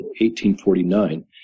1849